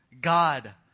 God